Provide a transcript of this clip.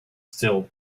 still